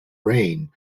reign